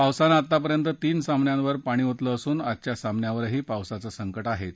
पावसानं आतापर्यंत तीन सामन्यांवर पाणी ओतलं असून आजच्या सामन्यावरही पावसाचं संकट आहेच